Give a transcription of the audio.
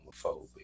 homophobic